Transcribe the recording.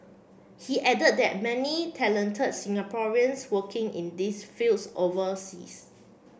he added that there many talented Singaporeans working in these fields overseas